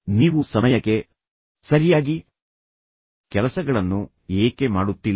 ನೀವು ಸಮಯಕ್ಕೆ ಸರಿಯಾಗಿ ಕೆಲಸಗಳನ್ನು ಏಕೆ ಮಾಡುತ್ತಿಲ್ಲ